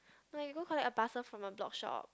I gotta go collect a parcel for my blog shop